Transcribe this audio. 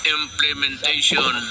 implementation